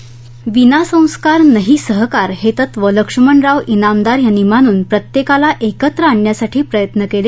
विना संस्कार नहीं सहकार हे तत्व लक्ष्मणराव ज्ञामदार यांनी मानून प्रत्येकाला एकत्र आणण्यासाठी प्रयत्न केले